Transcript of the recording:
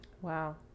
Wow